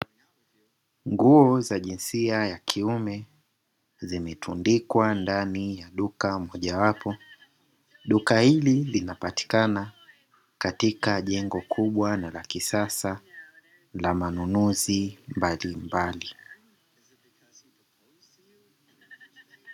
Nguo za jinsia ya kiume zimetundikwa ndani ya duka mojawapo, duka hili linapatikana katika jengo kubwa na la kisasa la manunuzi mbalimbali.